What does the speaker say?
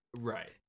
Right